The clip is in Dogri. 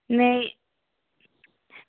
नेईं